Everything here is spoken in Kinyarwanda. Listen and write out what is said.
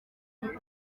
muri